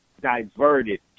diverted